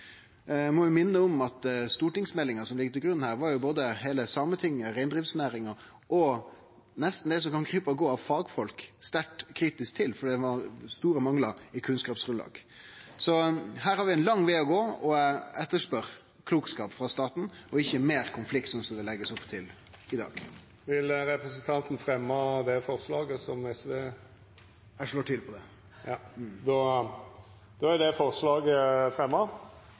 Eg må minne om at heile Sametinget, reindriftsnæringa og nesten alt som kan krype og gå av fagfolk, var sterkt kritiske til stortingsmeldinga som her ligg til grunn, fordi det var store manglar i kunnskapsgrunnlaget. Så her har vi ein lang veg å gå, og eg etterspør klokskap frå staten, og ikkje meir konflikt, slik det blir lagt opp til i dag. Eg fremjar SVs forslag. Representanten Torgeir Knag Fylkesnes har teke opp det forslaget han viste til. Reindriftsavtalen er